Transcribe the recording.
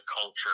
culture